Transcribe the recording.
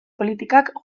politikak